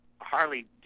Harley